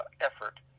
effort